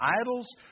idols